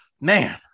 Man